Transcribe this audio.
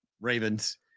Ravens